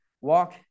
walk